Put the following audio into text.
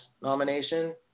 nomination